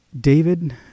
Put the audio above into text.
David